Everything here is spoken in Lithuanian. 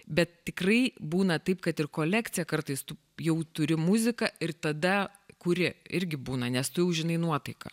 bet tikrai būna taip kad ir kolekciją kartais tu jau turi muziką ir tada kuri irgi būna nes tu jau žinai nuotaiką